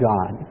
God